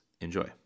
Enjoy